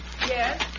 Yes